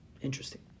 Interesting